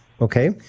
Okay